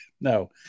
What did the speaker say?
No